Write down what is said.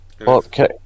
Okay